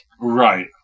right